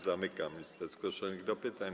Zamykam listę zgłoszonych do pytań.